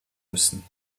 müssen